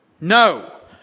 no